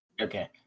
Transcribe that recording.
okay